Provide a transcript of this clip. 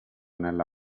nella